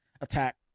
attack